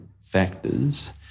factors